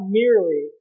merely